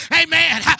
Amen